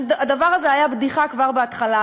הדבר הזה היה בדיחה כבר בהתחלה,